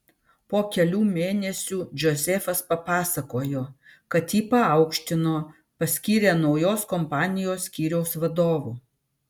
po kelių mėnesių džozefas papasakojo kad jį paaukštino paskyrė naujos kompanijos skyriaus vadovu